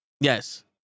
Yes